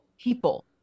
people